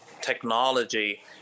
technology